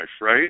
right